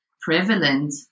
prevalent